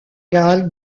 gall